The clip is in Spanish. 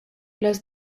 los